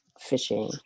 fishing